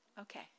Okay